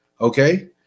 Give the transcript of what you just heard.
okay